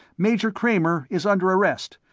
major kramer is under arrest.